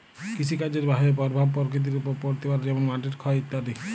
কৃষিকাজের বাহয়ে পরভাব পরকৃতির ওপর পড়তে পারে যেমল মাটির ক্ষয় ইত্যাদি